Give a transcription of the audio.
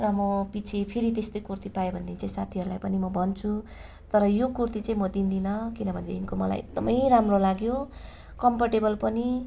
र म पछि फेरि त्यस्तै कुर्ती पायो भनेदेखि चाहिँ साथीहरूलाई पनि म भन्छु तर यो कुर्ती चाहिँ म दिदिनँ किनभनेदेखिको मलाई एकदमै राम्रो लाग्यो कम्फर्टेबल पनि